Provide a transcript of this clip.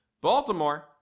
Baltimore